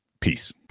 peace